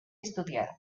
estudiado